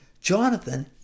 Jonathan